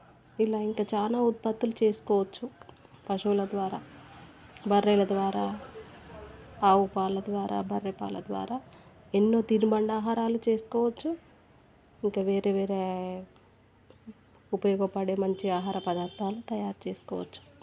ఇలా ఇంకా చాలా ఉత్పత్తులు చేసుకోవచ్చు పశువుల ద్వారా బర్రెల ద్వారా ఆవుపాల ద్వారా పాల ద్వారా ఎన్నో తినుబండా ఆహారాలు చేసుకోవచ్చు ఇంకా వేరే వేరే ఉపయోగపడే మంచి ఆహార పదార్థాలు తయారు చేసుకోవచ్చు